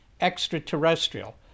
extraterrestrial